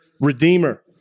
redeemer